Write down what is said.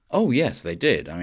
oh yes, they did.